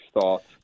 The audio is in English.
thoughts